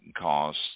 cost